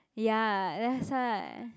ya that's why